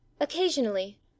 Occasionally